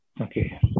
Okay